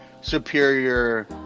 superior